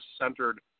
centered